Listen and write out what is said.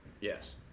Yes